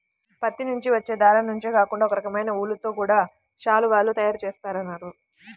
పత్తి నుంచి వచ్చే దారం నుంచే కాకుండా ఒకరకమైన ఊలుతో గూడా శాలువాలు తయారు జేత్తన్నారు